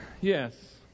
Yes